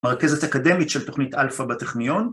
מרכזת אקדמית של תוכנית אלפא בטכניון